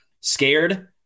scared